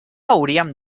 hauríem